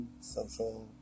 social